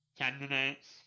candidates